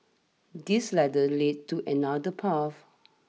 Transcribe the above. this ladder leads to another path